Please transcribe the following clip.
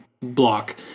block